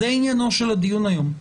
זה עניינו של הדיון היום.